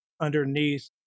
underneath